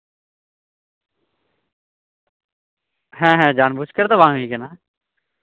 ᱦᱮᱸ ᱦᱮᱸ ᱡᱟᱱᱵᱩᱡ ᱠᱚᱨᱮ ᱫᱚ ᱵᱟᱝ ᱦᱩᱭ ᱟᱠᱟᱱᱟ